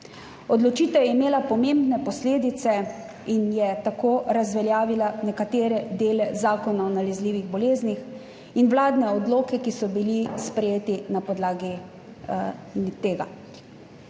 Odločitev je imela pomembne posledice in je tako razveljavila nekatere dele Zakona o nalezljivih boleznih in vladne odloke, ki so bili sprejeti na podlagi tega.